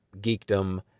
geekdom